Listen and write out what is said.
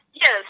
yes